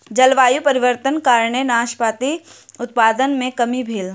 जलवायु परिवर्तनक कारणेँ नाशपाती उत्पादन मे कमी भेल